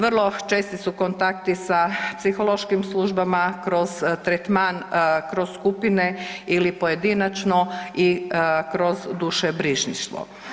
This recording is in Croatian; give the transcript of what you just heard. Vrlo česti su kontakti sa psihološkim službama kroz tretman, kroz skupine ili pojedinačno i kroz drušebrižništvo.